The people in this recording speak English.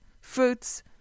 fruits